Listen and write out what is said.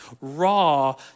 raw